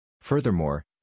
Furthermore